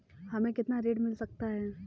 हमें कितना ऋण मिल सकता है?